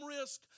risk